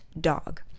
dog